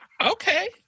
Okay